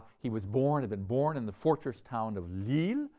he was born, had been born in the fortress town of lille,